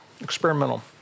Experimental